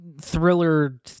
thriller